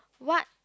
what